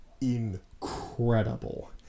incredible